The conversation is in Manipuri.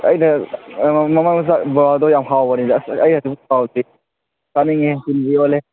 ꯑꯩꯅ ꯃꯃꯥꯡꯗꯁꯨ ꯕꯣꯔꯥꯗꯨ ꯌꯥꯝ ꯍꯥꯎꯕꯅꯤ ꯑꯁ ꯑꯩ ꯍꯧꯖꯤꯛ ꯐꯥꯎ ꯀꯥꯎꯗ꯭ꯔꯤ ꯆꯥꯅꯤꯡꯉꯦ ꯇꯤꯟꯕꯨ ꯌꯣꯠꯂꯦ